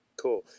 Cool